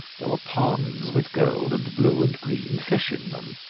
there were ponds with gold and blue and green fish in them,